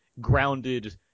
grounded